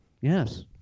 yes